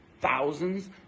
thousands